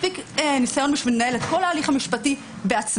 מספיק ניסיון בשביל לנהל את כל ההליך המשפטי בעצמם,